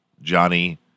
Johnny